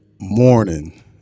morning